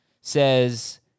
says